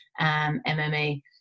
mma